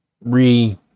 re